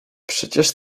przecież